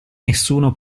nessuno